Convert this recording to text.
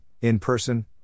in-person